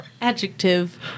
Adjective